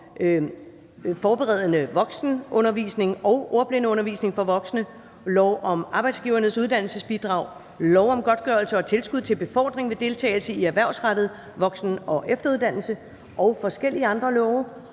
forberedende voksenundervisning og ordblindeundervisning for voksne, lov om Arbejdsgivernes Uddannelsesbidrag, lov om godtgørelse og tilskud til befordring ved deltagelse i erhvervsrettet voksen- og efteruddannelse og forskellige andre love